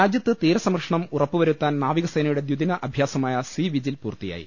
രാജ്യത്ത് തീരസംരക്ഷണം ഉറപ്പു വരുത്താൻ നാവികസേന യുടെ ദ്ദിദിന അഭ്യാസമായ സി വിജിൽ പൂർത്തിയായി